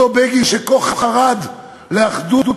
אותו בגין, שכה חרד לאחדות